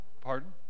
pardon